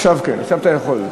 עכשיו כן, עכשיו אתה יכול.